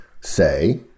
say